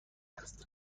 است